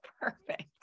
Perfect